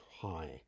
high